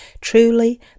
Truly